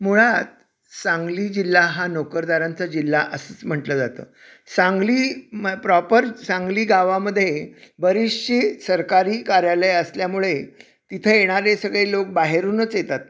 मुळात सांगली जिल्हा हा नोकरदारांचा जिल्हा असंच म्हटलं जातं सांगली म प्रॉपर सांगली गावामध्ये बरीचशी सरकारी कार्यालयं असल्यामुळे तिथं येणारे सगळे लोक बाहेरूनच येतात